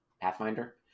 pathfinder